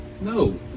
No